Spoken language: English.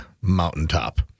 Mountaintop